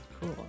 Cool